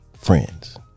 friends